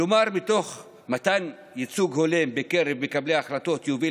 כלומר מתן ייצוג הולם בקרב מקבלי ההחלטות יוביל